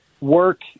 work